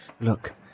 Look